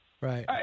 right